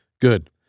Good